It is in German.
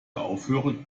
aufhören